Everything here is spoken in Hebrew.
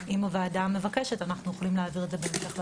אם הוועדה מבקשת אנחנו יכולים להעביר את זה בהמשך לוועדה.